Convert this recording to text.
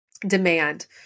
demand